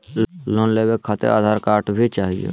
Loan लेवे खातिरआधार card भी चाहियो?